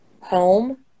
home